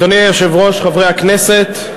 אדוני היושב-ראש, חברי הכנסת,